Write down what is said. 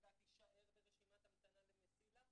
שהילדה תישאר ברשימת ההמתנה ל'מסילה'